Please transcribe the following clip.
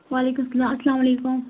وعلیکُم سلام اسلام علیکُم